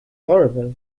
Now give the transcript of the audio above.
horrible